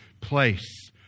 place